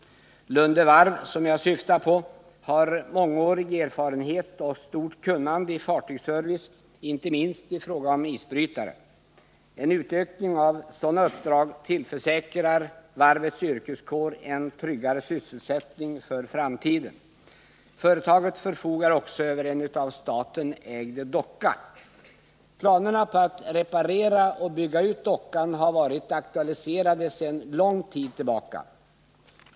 Lunde Varv, som jag syftar på, har mångårig erfarenhet och stort kunnande i fartygsservice inte minst i fråga om isbrytare. En utökning av sådana uppdrag tillförsäkrar varvets yrkeskår en tryggare sysselsättning för framtiden. Företaget förfogar också över en av staten ägd docka. Planerna på att reparera och bygga ut dockan har varit aktualiserade under lång tid.